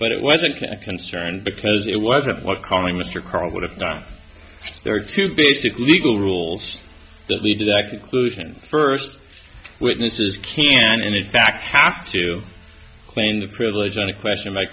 but it wasn't a concern because it wasn't what calling mr karr would have done there are two basic legal rules that lead to that conclusion first witnesses can and in fact have to claim the privilege on a question